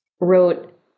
wrote